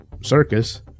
circus